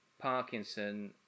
Parkinson